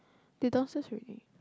they downstairs already